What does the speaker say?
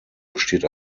besteht